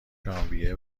ژانویه